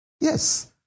Yes